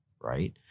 right